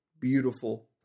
beautiful